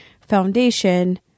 foundation